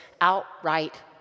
outright